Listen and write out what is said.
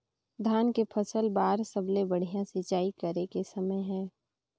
धान के फसल बार सबले बढ़िया सिंचाई करे के समय हे?